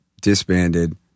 disbanded